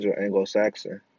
Anglo-Saxon